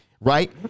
Right